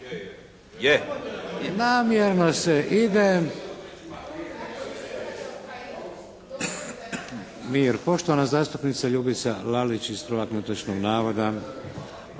Namjerno se ide, mir! Poštovana zastupnica Ljubica Lalić, ispravak netočnog navoda.